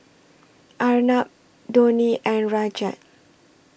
Arnab Dhoni and Rajat